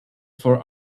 for